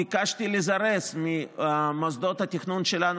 ביקשתי ממוסדות התכנון שלנו,